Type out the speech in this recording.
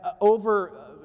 over